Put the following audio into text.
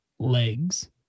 Legs